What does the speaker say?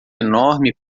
enorme